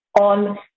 on